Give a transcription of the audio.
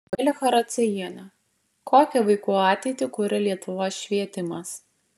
gabrielė characiejienė kokią vaikų ateitį kuria lietuvos švietimas